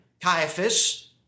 Caiaphas